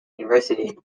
university